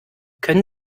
können